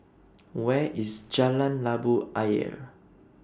Where IS Jalan Labu Ayer